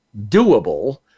doable